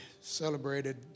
celebrated